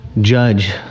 judge